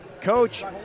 Coach